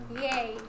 Yay